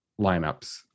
lineups